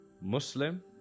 Muslim